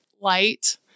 light